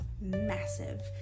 massive